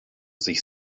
sich